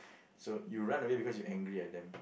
so you run away because you angry at them